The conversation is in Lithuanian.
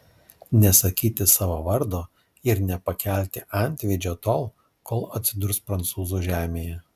nesakyti savo vardo ir nepakelti antveidžio tol kol atsidurs prancūzų žemėje